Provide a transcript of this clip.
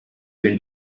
been